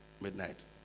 midnight